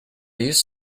used